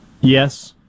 Yes